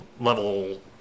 level